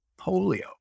polio